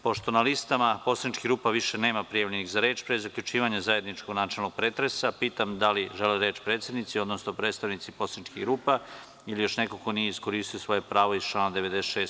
Pošto na listama poslaničkih grupa više nema prijavljenih za reč, pre zaključivanja zajedničkog načelnog pretresa, pitam da li žele reč predsednici odnosno predstavnici poslaničkih grupa ili još neko ko nije iskoristio svoje pravo iz člana 96.